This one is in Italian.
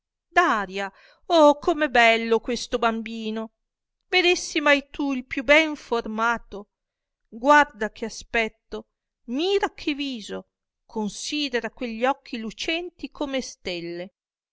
daria oh come è bello questo bambino vedesti mai tu il più ben formato guarda clie aspetto mira che viso considera quegli occhi lucenti come stelle